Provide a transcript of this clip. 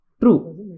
True